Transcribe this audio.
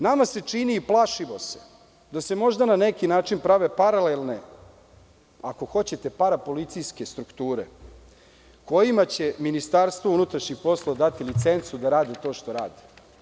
Nama se čini i plašimo se da se možda na neki način prave paralelne, ako hoćete parapolicijske strukture, kojima će MUP dati licencu da rade to što rade.